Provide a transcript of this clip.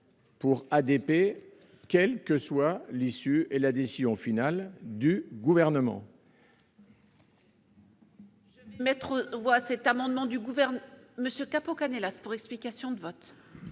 pour ADP, quelle que soit la décision finale du Gouvernement.